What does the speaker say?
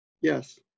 yes